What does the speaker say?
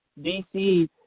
DC